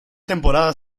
temporada